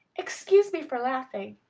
excuse me for laughing,